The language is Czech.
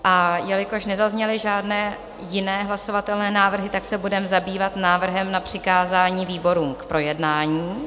A jelikož nezazněly žádné jiné hlasovatelné návrhy, tak se budeme zabývat návrhem na přikázání výborům k projednání.